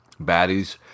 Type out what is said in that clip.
baddies